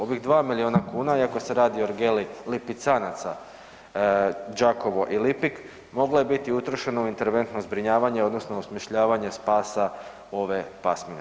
Ovih 2 milijuna kuna iako se radi o Ergeli lipicanaca Đakovo i Lipik moglo je biti utrošeno u interventno zbrinjavanje odnosno u osmišljavanje spasa ove pasmine.